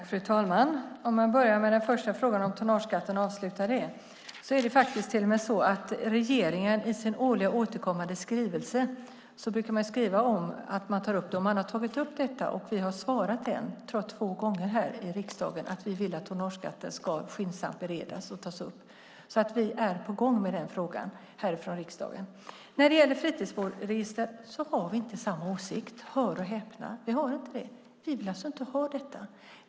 Fru talman! Jag börjar med att avsluta den första frågan om tonnageskatten. Regeringen brukar i sin årligen återkommande skrivelse ta upp frågan. Och vi har svarat - jag tror att det är två gånger - att vi vill att tonnageskatten ska tas upp och skyndsamt beredas, så vi är på gång med den frågan här i riksdagen. När det gäller fritidsbåtsregistret har vi inte samma åsikt - hör och häpna! Vi vill alltså inte ha detta.